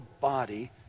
body